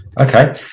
okay